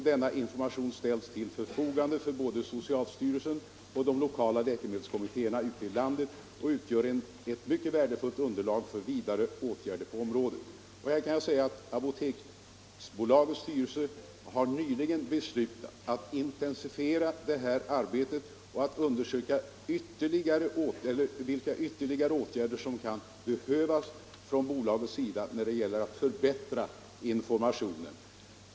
Denna information ställs till förfogande för både socialstyrelsen och de lokala läkemedelskommittéerna ute i landet och utgör ett mycket värdefullt underlag för vidare åtgärder på området. Apoteksbolagets styrelse har nyligen beslutat att intensifiera detta arbete och att undersöka vilka ytterligare åtgärder som kan behöva göras från bolagets sida när det gäller att förbättra informationen.